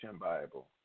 Bible